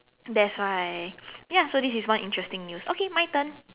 that's why ya so this is one interesting news okay my turn